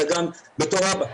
אלא גם בתור אבא.